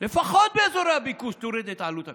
לפחות באזורי הביקוש תוריד את עלות הקרקע.